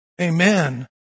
Amen